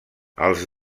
els